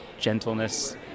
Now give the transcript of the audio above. gentleness